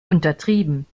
untertrieben